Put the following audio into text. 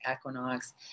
equinox